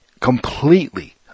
completely